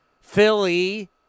Philly